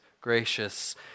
gracious